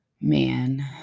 Man